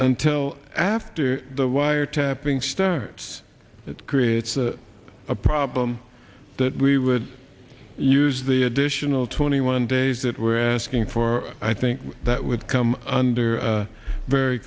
until after the wiretapping starts it creates a problem that we would use the additional twenty one days that we're asking for i think that with come under very